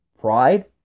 pride